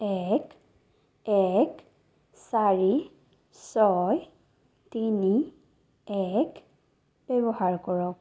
এক এক চাৰি ছয় তিনি এক ব্যৱহাৰ কৰক